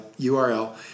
URL